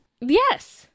yes